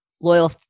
loyal